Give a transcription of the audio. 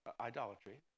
idolatry